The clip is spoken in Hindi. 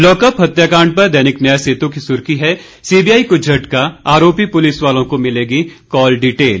लॉकअप हत्याकांड पर दैनिक न्याय सेतु की सुर्खी है सीबीआई को झटका आरोपी पुलिस वालों को मिलेगी कॉल डिटेल